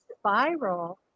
spiral